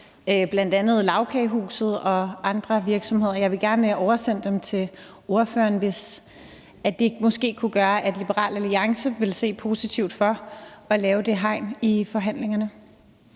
bl.a. Lagkagehuset og andre virksomheder. Jeg vil gerne oversende dem til ordføreren, hvis det måske kunne gøre, at Liberal Alliance vil se positivt på at lave det hegn i forhandlingerne.